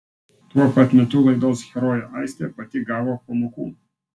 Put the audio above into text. tuo pat metu laidos herojė aistė pati gavo pamokų